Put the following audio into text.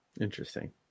Interesting